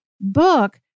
book